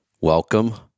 Welcome